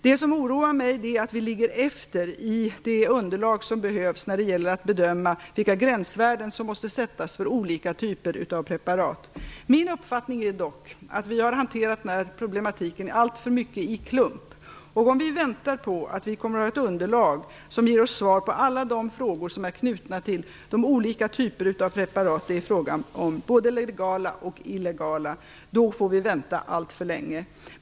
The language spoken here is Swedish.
Det som oroar mig är att vi ligger efter i det underlag som behövs när det gäller att bedöma vilka gränsvärden som måste sättas för olika typer av preparat. Min uppfattning är dock att vi har hanterat problemen alltför mycket i klump. Om vi väntar tills vi har ett underlag som ger oss svar på alla de frågor som är knutna till de olika typer av preparat det är frågan om - både legala och illegala - får vi vänta alltför länge.